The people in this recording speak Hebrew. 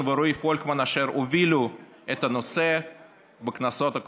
ורועי פולקמן אשר הובילו את הנושא בכנסות הקודמות.